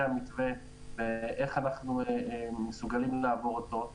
המתווה ואיך אנחנו מסוגלים לעבור אותו.